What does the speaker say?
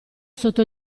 sotto